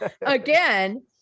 again